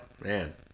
man